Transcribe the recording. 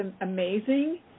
amazing